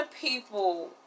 people